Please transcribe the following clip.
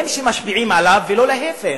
הן שמשפיעות עליו ולא להיפך.